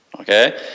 Okay